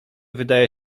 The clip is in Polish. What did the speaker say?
wydaje